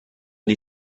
die